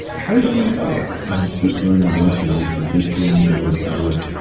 how did you learn to delegate? i just learned my lesson. i would forget things. i would i would